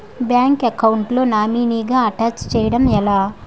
Bank account లో నామినీగా attach చేయడం ఎలా?